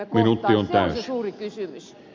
se on se suuri kysymys